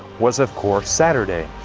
was, of course, saturday.